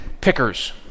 pickers